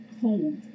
hold